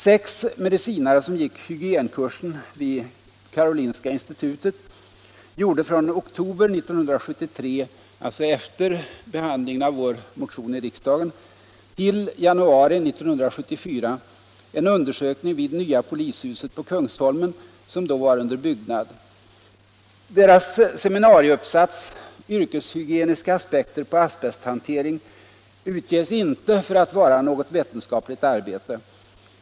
Sex medicinare som gick hygienkursen vid Karolinska institutet gjorde från oktober 1973, alltså efter behandlingen av vår motion i riksdagen, till januari 1974 en undersökning vid nya polishuset på Kungsholmen, som då var under byggnad. Deras seminarieuppsats, ”Yrkeshygieniska aspekter på asbesthantering”, utges inte för att vara något vetenskapligt arbete.